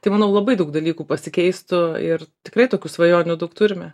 tai manau labai daug dalykų pasikeistų ir tikrai tokių svajonių daug turime